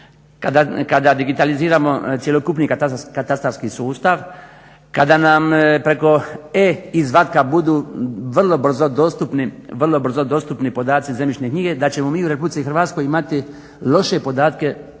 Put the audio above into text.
kada digitaliziramo cjelokupni katastarski sustav, kada nam preko e-izvatka budu vrlo brzo dostupni podaci Zemljišne knjige da ćemo mi u Republici Hrvatskoj imati loše podatke i dalje